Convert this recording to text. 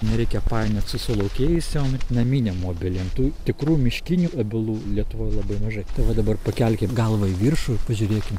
nereikia painiot su sulaukėjusiom naminėm obelim tų tikrų miškinių obelų lietuvoj labai mažai tai va dabar pakelkit galvą į viršų ir pažiūrėkim